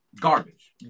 garbage